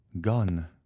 gone